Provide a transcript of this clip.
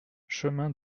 chemin